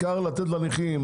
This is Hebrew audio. העיקר לתת לנכים,